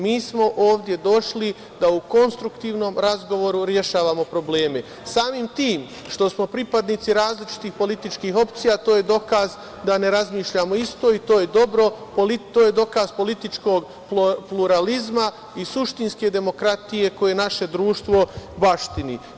Mi smo ovde došli da u konstruktivnom razgovoru rešavamo probleme, samim tim što smo pripadnici različitih političkih opcija, to je dokaz da ne razmišljamo isto i to je dokaz političkog pluralizma i suštinske demokratije koje naše društvo baštini.